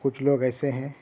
کچھ لوگ ایسے ہیں